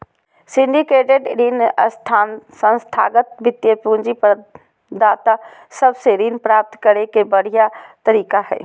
syndicated ऋण संस्थागत वित्तीय पूंजी प्रदाता सब से ऋण प्राप्त करे के बढ़िया तरीका हय